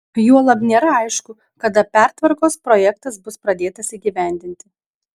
juolab nėra aišku kada pertvarkos projektas bus pradėtas įgyvendinti